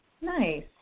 Nice